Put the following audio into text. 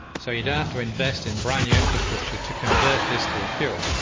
so you don't have to invest in brand-new infrastructure to convert this to a fuel.